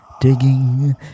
digging